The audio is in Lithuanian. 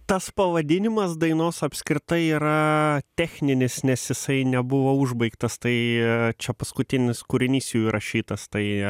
tas pavadinimas dainos apskritai yra techninis nes jisai nebuvo užbaigtas tai čia paskutinis kūrinys jų įrašytas tai